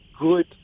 good